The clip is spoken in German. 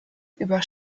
über